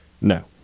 no